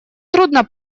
трудно